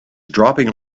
dropping